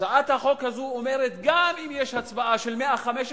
הצעת החוק הזאת אומרת שגם אם יש הצבעה של 115,